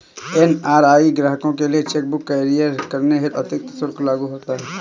NRI ग्राहकों के लिए चेक बुक कुरियर करने हेतु अतिरिक्त शुल्क लागू होता है